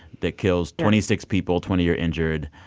that kills twenty six people twenty are injured.